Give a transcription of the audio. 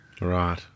Right